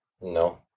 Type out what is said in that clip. no